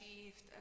achieved